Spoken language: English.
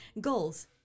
goals